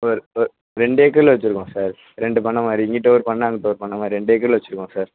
ஒரு ரெண்டு ஏக்கரில் வைச்சுருக்கோம் சார் ரெண்டு பண்ணை மாதிரி இங்கிட்டு ஒரு பண்ணை அங்குட்டு ஒரு பண்ணை மாதிரி ரெண்டு ஏக்கரில் வைச்சுருக்கோம் சார்